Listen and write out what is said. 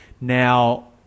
Now